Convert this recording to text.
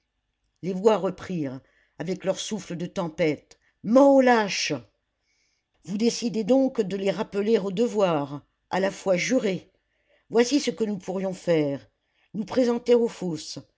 les voix reprirent avec leur souffle de tempête mort aux lâches vous décidez donc de les rappeler au devoir à la foi jurée voici ce que nous pourrions faire nous présenter aux